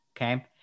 Okay